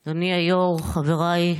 אדוני היו"ר, חבריי,